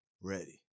ready